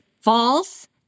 false